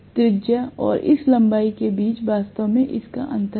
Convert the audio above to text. त्रिज्या और इस लंबाई के बीच वास्तव में इतना अंतर नहीं है